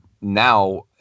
now